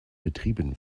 betrieben